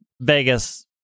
Vegas